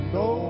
no